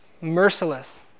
merciless